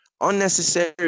unnecessary